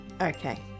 Okay